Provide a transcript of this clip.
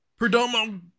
Perdomo